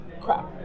crap